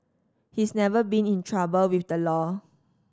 he's never been in trouble with the law